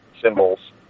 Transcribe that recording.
symbols